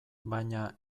baina